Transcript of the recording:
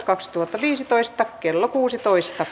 keskustelua ei syntynyt